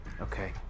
Okay